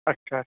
अच्छा